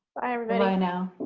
bye everybody. no.